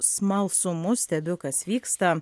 smalsumu stebiu kas vyksta